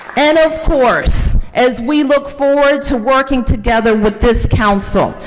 and of course, as we look forward to working together with this council,